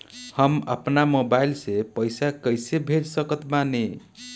हम अपना मोबाइल से पैसा कैसे भेज सकत बानी?